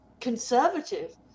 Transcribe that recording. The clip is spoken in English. conservative